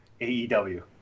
AEW